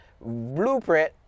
blueprint